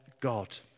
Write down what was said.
God